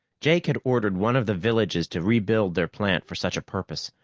jake had ordered one of the villages to rebuild their plant for such a purpose,